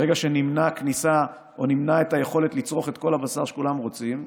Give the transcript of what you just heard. ברגע שנמנע כניסה או נמנע את היכולת לצרוך את כל הבשר שכולם רוצים,